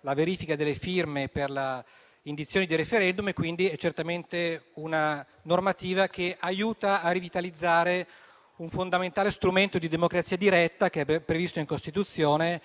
la verifica delle firme per l'indizione di *referendum* e quindi è certamente una normativa che aiuta a rivitalizzare un fondamentale strumento di democrazia diretta che è previsto in Costituzione